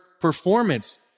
performance